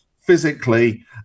physically